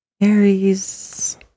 Aries